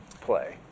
play